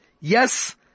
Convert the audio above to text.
yes